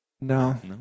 no